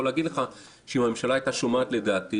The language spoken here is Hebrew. להגיד לך שאם הממשלה הייתה שומעת לדעתי